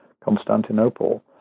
Constantinople